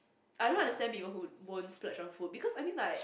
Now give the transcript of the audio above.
I don't understand people who won't splurge on food because I mean like